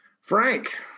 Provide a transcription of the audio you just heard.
Frank